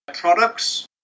products